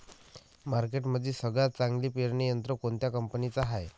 मार्केटमंदी सगळ्यात चांगलं पेरणी यंत्र कोनत्या कंपनीचं हाये?